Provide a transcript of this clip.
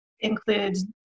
includes